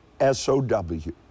S-O-W